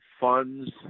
funds